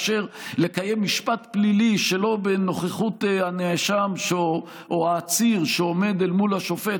לקיים משפט פלילי שלא בנוכחות הנאשם או העציר שעומד מול השופט,